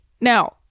Now